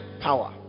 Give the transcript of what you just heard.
power